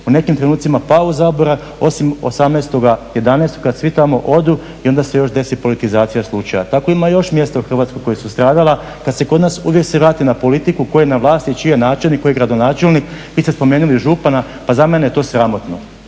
u nekim trenucima pao u zaborav osim 18.11.kada svi tamo odu i onda se još desi politizacija slučaja. Tako ima još mjesta u Hrvatskoj koja su stradala kada se uvijek kod nas vrate na politiku tko je na vlasti, čiji je načelnik, tko je gradonačelnik. Vi ste spomenuli župana pa za mene je to sramotno,